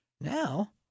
Now